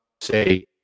say